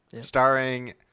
Starring